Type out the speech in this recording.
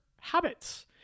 habits